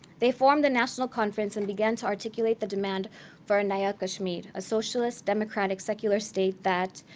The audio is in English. they formed a national conference, and began to articulate the demand for a naya kashmir, a socialist, democratic, secular state that,